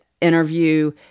interview